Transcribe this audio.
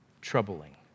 Troubling